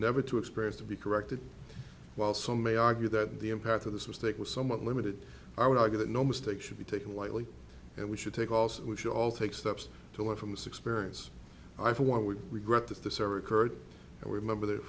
never to experience to be corrected while some may argue that the impact of this mistake was somewhat limited i would argue that no mistake should be taken lightly and we should take also we should all take steps to learn from this experience i for one would regret if this ever occurred and we remember that